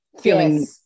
feeling